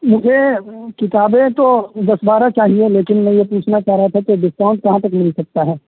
مجھے کتابیں تو دس بارہ چاہیے لیکن میں یہ پوچھنا چاہ رہا تھا کہ ڈسکاؤنٹ کہاں تک مل سکتا ہے